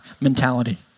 mentality